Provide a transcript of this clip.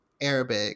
Arabic